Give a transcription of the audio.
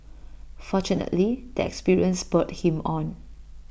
fortunately the experience spurred him on